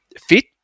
fit